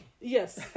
Yes